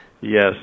Yes